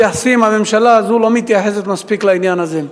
שהממשלה הזאת לא מתייחסת מספיק לעניין הזה.